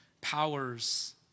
powers